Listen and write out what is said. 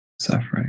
suffering